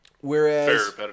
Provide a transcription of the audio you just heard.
Whereas